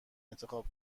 انتخاب